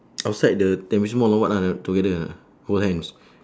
outside the temperature warm or what ah together ah hold hands